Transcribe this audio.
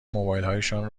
موبایلهایشان